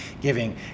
giving